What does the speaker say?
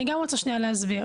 אני גם רוצה שנייה להסביר.